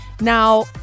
now